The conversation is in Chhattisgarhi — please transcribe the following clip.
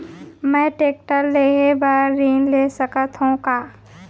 मैं टेकटर लेहे बर ऋण ले सकत हो का?